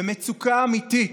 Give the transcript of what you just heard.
במצוקה אמיתית,